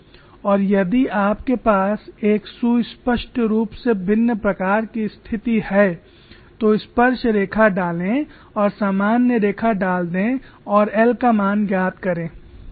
और यदि आपके पास एक सुस्पष्ट रूप से भिन्न प्रकार की स्थिति है तो स्पर्शरेखा डालें और सामान्य रेखा डाल दें और l का मान ज्ञात करें